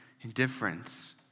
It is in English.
indifference